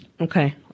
Okay